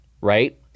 right